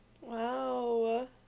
Wow